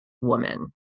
woman